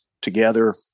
together